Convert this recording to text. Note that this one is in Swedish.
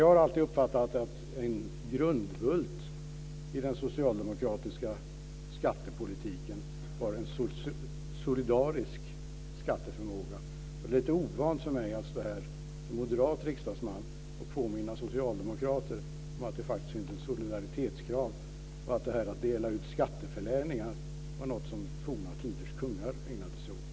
Jag har alltid uppfattat att en grundbult i den socialdemokratiska skattepolitiken är en solidarisk skatteförmåga. Jag är lite ovan att stå här som moderat riksdagsman och påminna socialdemokrater om att det inte är fråga om solidaritetskrav. Att dela ut skatteförläningar är något som forna tiders kungar ägnade sig åt.